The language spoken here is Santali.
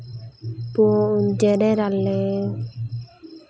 ᱯᱩᱸᱲ ᱡᱮᱨᱮᱲ ᱟᱞᱮ